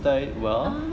ah